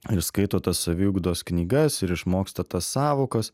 ir skaito tas saviugdos knygas ir išmoksta tas sąvokas